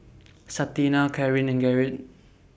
Santina Carin and Gerrit